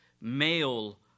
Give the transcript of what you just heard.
male